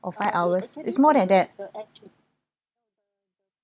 or five hours is more than that